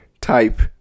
type